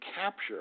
capture